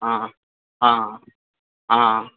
हँ हँ हँ